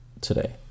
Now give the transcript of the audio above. today